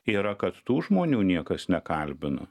yra kad tų žmonių niekas nekalbina